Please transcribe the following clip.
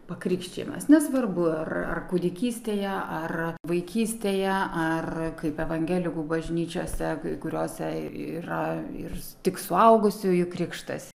pakrikštijamas nesvarbu ar ar kūdikystėje ar vaikystėje ar kaip evangelikų bažnyčiose kuriose yra ir tik suaugusiųjų krikštas